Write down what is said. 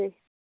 दे